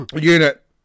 unit